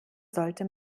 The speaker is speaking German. sollte